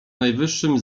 najwyższym